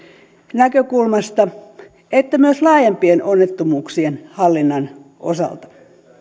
näkökulmasta että myös laajempien onnettomuuksien hallinnan osalta